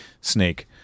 Snake